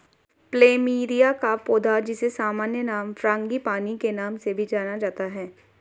plumeria का पौधा, जिसे सामान्य नाम फ्रांगीपानी के नाम से भी जाना जाता है